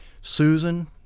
Susan